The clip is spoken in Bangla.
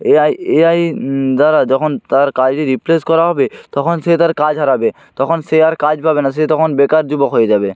এ আই এ আই দ্বারা যখন তার কাজে রিপ্লেস করা হবে তখন সে তার কাজ হারাবে তখন সে আর কাজ পাবে না সে তখন বেকার যুবক হয়ে যাবে